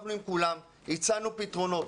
ישבנו עם כולם, והצענו פתרונות.